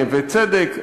נווה-צדק,